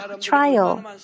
trial